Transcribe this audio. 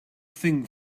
thing